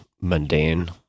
mundane